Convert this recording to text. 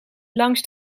langs